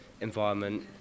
environment